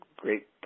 great